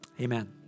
Amen